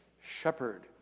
shepherd